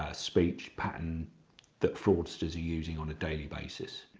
ah speech pattern that fraudsters are using on a daily basis.